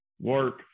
work